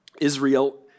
Israel